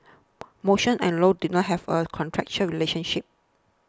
motion and Low did not have a contractual relationship